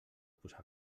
posar